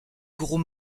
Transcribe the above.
gros